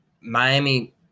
Miami